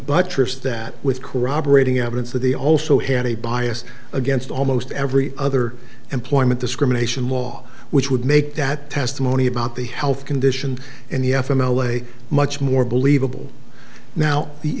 buttress that with corroborating evidence that they also had a bias against almost every other employment discrimination law which would make that testimony about the health condition in the f m l a much more believable now the